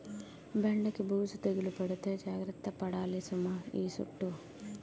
బెండకి బూజు తెగులు పడితే జాగర్త పడాలి సుమా ఈ సుట్టూ